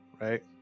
right